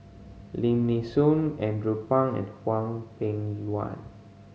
Lim Nee Soon Andrew Phang and Hwang Peng Yuan